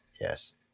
Yes